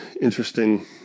interesting